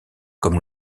comme